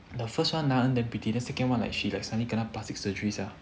the first one naeun damn pretty then the second one like she suddenly kena plastic surgery sia